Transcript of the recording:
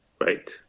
right